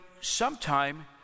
sometime